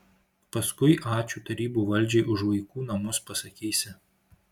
paskui ačiū tarybų valdžiai už vaikų namus pasakysi